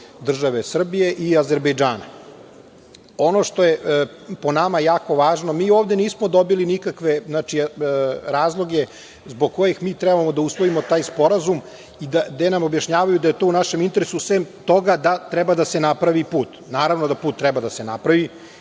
države Srbije i Azerbejdžana. Ono što je po nama jako važno, mi ovde nismo dobili nikakve razloge zbog kojih mi trebamo da usvojimo taj sporazum i gde nam objašnjavaju da je to u našem interesu sem toga da treba da se napravi put. Naravno da put treba da se napravi.